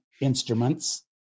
instruments